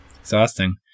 Exhausting